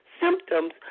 symptoms